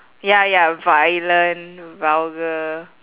ya ya violent vulgar